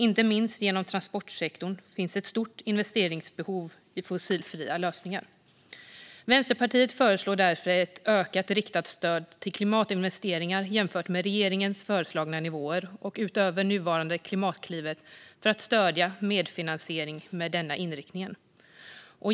Inte minst inom transportsektorn finns ett stort investeringsbehov i fossilfria lösningar. Vänsterpartiet föreslår därför ett ökat riktat stöd till klimatinvesteringar jämfört med regeringens föreslagna nivåer och utöver nuvarande Klimatklivet för att stödja medfinansiering med denna inriktning.